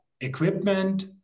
equipment